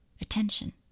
attention